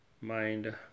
mind